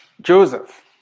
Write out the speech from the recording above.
Joseph